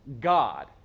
god